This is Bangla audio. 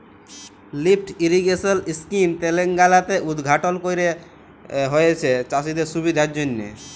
লিফ্ট ইরিগেশল ইসকিম তেলেঙ্গালাতে উদঘাটল ক্যরা হঁয়েছে চাষীদের সুবিধার জ্যনহে